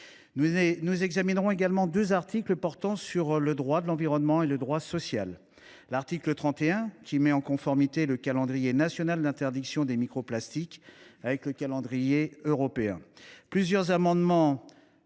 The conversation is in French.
Nous examinerons également deux articles portant sur le droit de l’environnement et le droit social. Le premier, l’article 31, met en conformité le calendrier national d’interdiction des microplastiques avec le calendrier européen, amélioré grâce